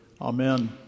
Amen